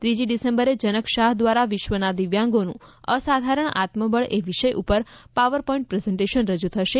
ત્રીજી ડિસેમ્બરે જનકશાહ દ્વારા વિશ્વના દિવ્યાંગોનું અસાધારણ આત્મબળ એ વિષય ઉપર પાવરપોઈન્ટ પ્રેઝન્ટેશન રજૂ થશે